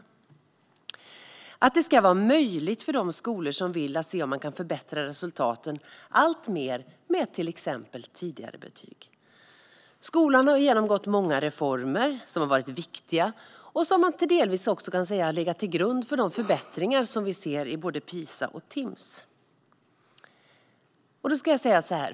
Förslaget handlar om att det ska vara möjligt för de skolor som vill att se om man kan förbättra resultaten alltmer med till exempel tidigare betyg. Skolan har genomgått många reformer som har varit viktiga och som man delvis kan säga har legat till grund för de förbättringar som vi ser i både PISA och Timss.